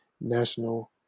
national